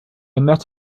met